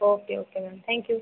okay okay ma'am thank you